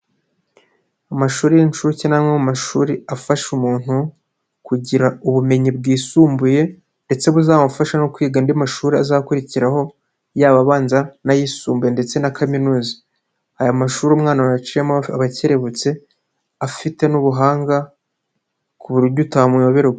Amashuri y'inshuke ni amwe mu mashuri afasha umuntu kugira ubumenyi bwisumbuye ndetse buzamufasha no kwiga andi mashuri azakurikiraho yaba abanza n'ayisumbuye ndetse na kaminuza, aya mashuri umwana wayaciyemo aba akerebutse afite n'ubuhanga ku buryo utamuyoberwa.